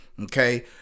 Okay